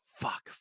fuck